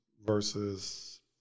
versus